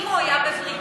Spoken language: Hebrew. אם הוא היה בבריטניה,